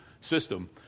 system